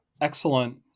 Excellent